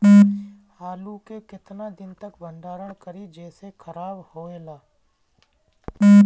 आलू के केतना दिन तक भंडारण करी जेसे खराब होएला?